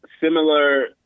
similar